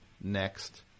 next